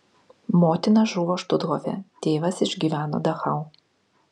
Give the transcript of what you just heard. motina žuvo štuthofe tėvas išgyveno dachau